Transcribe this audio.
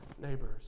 neighbors